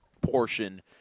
portion